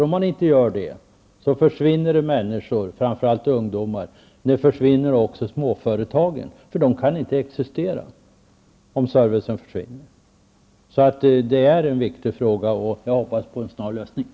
Om inte det sker försvinner människor, framför allt ungdomar, och småföretag från glesbygden. Utan service kan företagen helt enkelt inte existera. Det här är med andra ord en viktig fråga som jag hoppas på en snar lösning av.